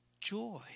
joy